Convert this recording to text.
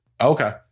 Okay